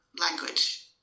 language